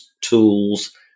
tools